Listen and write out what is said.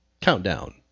countdown